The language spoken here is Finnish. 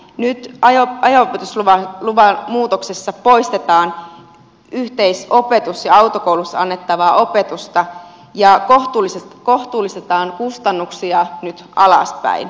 nyt ajo opetusluvan muutoksessa poistetaan yhteisopetus ja autokoulussa annettavaa opetusta ja kohtuullistetaan kustannuksia nyt alaspäin